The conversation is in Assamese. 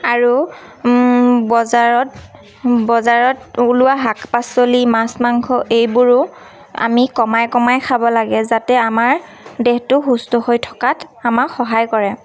আৰু বজাৰত বজাৰত ওলোৱা শাক পাচলি মাছ মাংস এইবোৰো আমি কমাই কমাই খাব লাগে যাতে আমাৰ দেহটো সুস্থ হৈ থকাত আমাক সহায় কৰে